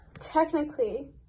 technically